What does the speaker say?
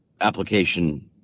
application